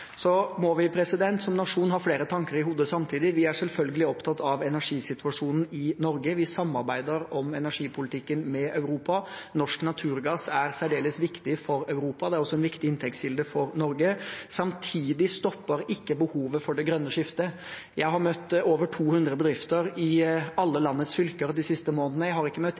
Så må vi som nasjon ha flere tanker i hodet samtidig. Vi er selvfølgelig opptatt av energisituasjonen i Norge. Vi samarbeider om energipolitikken med Europa. Norsk naturgass er særdeles viktig for Europa, det er også en viktig inntektskilde for Norge. Samtidig stopper ikke behovet for det grønne skiftet. Jeg har møtt over 200 bedrifter, i alle landets fylker, de siste månedene. Jeg har ikke møtt